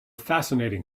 fascinating